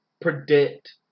predict